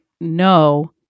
No